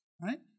right